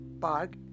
park